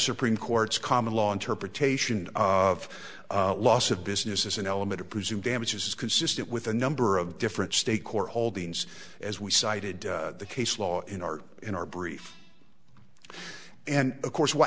supreme court's common law interpretation of loss of business is an element of presumed damages consistent with a number of different state court holdings as we cited the case law in our in our brief and of course what